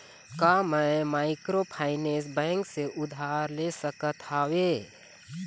का मैं microfinance bank से उधार ले सकत हावे?